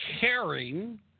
caring –